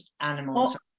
animals